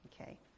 Okay